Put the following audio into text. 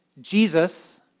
Jesus